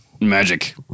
magic